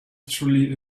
literally